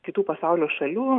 kitų pasaulio šalių